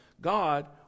God